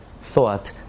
thought